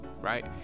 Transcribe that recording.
right